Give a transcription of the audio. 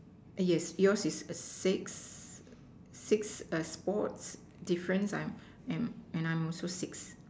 yes your's is a six six sport different I am I'm and I'm also six